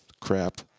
crap